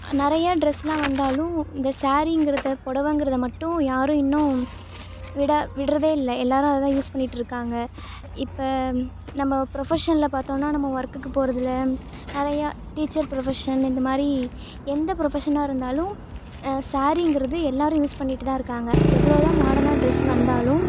நிறைய ட்ரெஸ்லாம் வந்தாலும் இந்த ஸாரிங்கிறதை பொடவைங்கிறத மட்டும் யாரும் இன்னும் விட விடுறதே இல்லை எல்லோரும் அதுதான் யூஸ் பண்ணிகிட்டு இருக்காங்க இப்போ நம்ம ப்ரொஃபஷனில் பார்த்தோம்னா நம்ம ஒர்க்குக்கு போறதில் நிறையா டீச்சர் ப்ரொஃபஷன் இந்த மாதிரி எந்த ப்ரொஃபஷனாக இருந்தாலும் ஸாரிங்கிறது எல்லோரும் யூஸ் பண்ணிகிட்டு தான் இருக்காங்க எவ்வளோ தான் மாடர்னாக ட்ரெஸ் வந்தாலும்